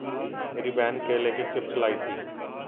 मेरी बहन केले के चिप्स लाई थी